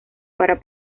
para